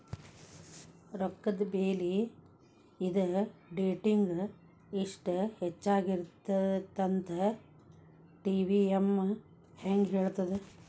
ರೊಕ್ಕದ ಬೆಲಿ ಇದ ಡೇಟಿಂಗಿ ಇಷ್ಟ ಹೆಚ್ಚಾಗಿರತ್ತಂತ ಟಿ.ವಿ.ಎಂ ಹೆಂಗ ಹೇಳ್ತದ